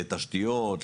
לתשתיות,